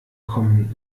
kommen